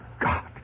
God